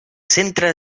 centre